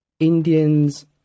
Indians